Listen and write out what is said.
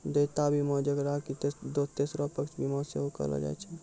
देयता बीमा जेकरा कि तेसरो पक्ष बीमा सेहो कहलो जाय छै